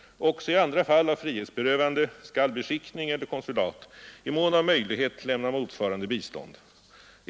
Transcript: Också i andra fall av frihetsberövande skall beskickning eller konsulat i mån av möjlighet lämna motsvarande bistånd.